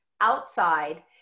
outside